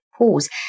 pause